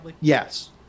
yes